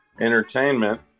entertainment